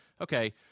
okay